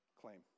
claim